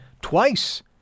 twice